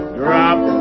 drop